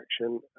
action